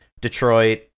Detroit